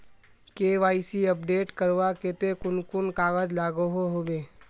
KYC update करवार केते कुन कुन कागज लागोहो होबे?